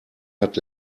hat